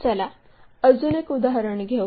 चला अजून एक उदाहरण घेऊ